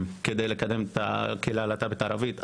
כדי לקדם את חברי הקהילה הלהט״בית הערבית,